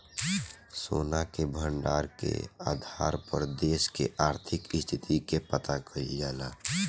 सोना के भंडार के आधार पर देश के आर्थिक स्थिति के पता कईल जाला